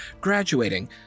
graduating